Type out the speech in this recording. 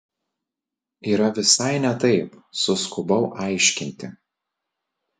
yra visai ne taip suskubau aiškinti